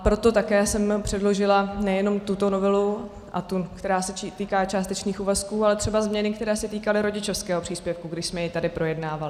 Proto také jsem předložila nejenom tuto novelu a tu, která se týká částečných úvazků, ale třeba změny, které se týkaly rodičovského příspěvku, když jsme jej tady projednávali.